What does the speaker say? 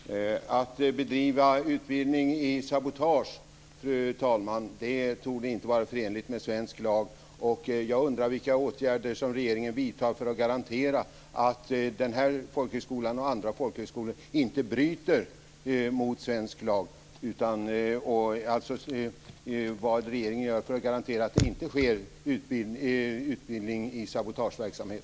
Fru talman! Att bedriva utbildning i sabotage torde inte vara förenligt med svensk lag. Jag undrar vilka åtgärder regeringen vidtar för att garantera att den här folkhögskolan och andra folkhögskolor inte bryter mot svensk lag, alltså vad regeringen gör för att garantera att det inte sker utbildning i sabotageverksamhet.